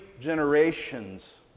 generations